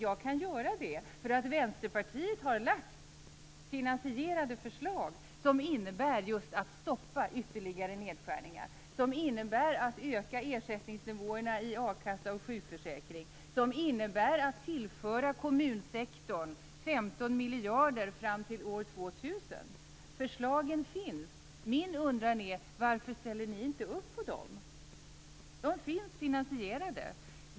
Jag kan göra det därför att Vänsterpartiet har lagt fram finansierade förslag som innebär just att stoppa ytterligare nedskärningar, att öka ersättningsnivåerna i a-kassa och sjukförsäkring och att tillföra kommunsektorn 15 miljarder fram till år 2000. Förslagen finns. Min undran är: Varför ställer ni inte upp på dem? De finns finansierade.